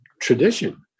tradition